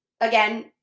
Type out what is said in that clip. Again